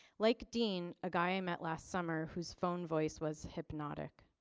like dean, a guy met last summer whose phone voice was hypnotic.